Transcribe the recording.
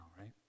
right